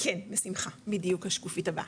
כן, בשמחה, בדיוק השקופית הבאה.